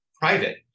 private